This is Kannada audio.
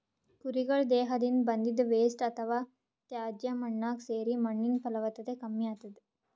ಕುರಿಗಳ್ ದೇಹದಿಂದ್ ಬಂದಿದ್ದ್ ವೇಸ್ಟ್ ಅಥವಾ ತ್ಯಾಜ್ಯ ಮಣ್ಣಾಗ್ ಸೇರಿ ಮಣ್ಣಿನ್ ಫಲವತ್ತತೆ ಕಮ್ಮಿ ಆತದ್